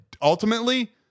ultimately